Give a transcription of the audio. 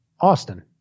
Austin